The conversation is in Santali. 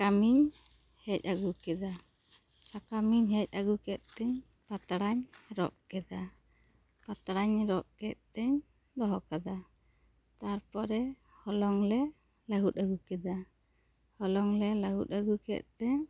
ᱥᱟᱠᱟᱢ ᱤᱧ ᱦᱮᱡᱽ ᱟᱹᱜᱩ ᱠᱮᱫᱟ ᱥᱟᱠᱟᱢ ᱤᱧ ᱦᱮᱡᱽ ᱟᱹᱜᱩ ᱠᱮᱫ ᱛᱤᱧ ᱯᱟᱛᱲᱟᱹᱧ ᱨᱚᱜ ᱠᱮᱫᱟ ᱯᱟᱛᱲᱟᱧ ᱨᱚᱜ ᱠᱮᱫ ᱛᱮᱧ ᱫᱚᱦᱚ ᱠᱟᱫᱟ ᱛᱟᱨᱯᱚᱨᱮ ᱦᱚᱞᱚᱝ ᱞᱮ ᱞᱟᱹᱦᱩᱫ ᱟᱹᱜᱩ ᱠᱮᱫᱟ ᱦᱚᱞᱚᱝ ᱞᱮ ᱞᱟᱹᱦᱩᱫ ᱟᱹᱜᱩ ᱠᱮᱫ ᱛᱮ